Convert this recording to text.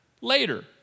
later